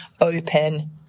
open